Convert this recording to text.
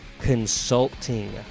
consulting